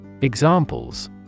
Examples